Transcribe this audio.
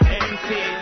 empty